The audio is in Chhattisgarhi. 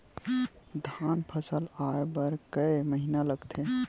धान फसल आय बर कय महिना लगथे?